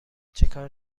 چکار